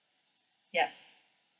yup